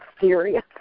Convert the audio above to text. serious